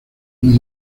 muy